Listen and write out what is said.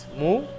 move